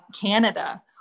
Canada